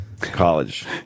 College